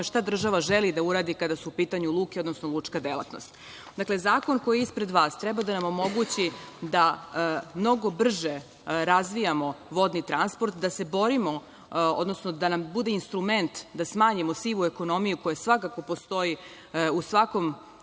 šta država želi da uradi kada su u pitanju luke, odnosno lučka delatnost. Zakon koji je ispred vas treba da nam omogući da mnogo brže razvijamo vodni transport, da se borimo, odnosno da nam bude instrument da smanjimo sivu ekonomiju koja svakako postoji u svakom